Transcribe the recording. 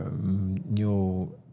new